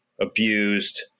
abused